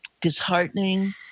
disheartening